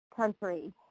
Country